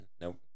nope